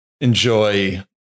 enjoy